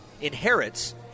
inherits